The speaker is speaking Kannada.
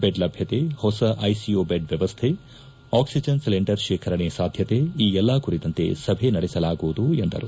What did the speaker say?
ಬೆಡ್ ಲಭ್ಯತೆ ಹೊಸ ಐಸಿಯು ಬೆಡ್ ಷ್ಷವಸ್ಟೆ ಆಕ್ಸಿಜೆನ್ ಸಿಲಿಂಡರ್ ಶೇಖರಣೆ ಸಾಧ್ಯತೆ ಈ ಎಲ್ಲಾ ಕುರಿತಂತೆ ಸಭೆ ನಡೆಸಲಾಗುವುದು ಎಂದರು